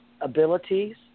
abilities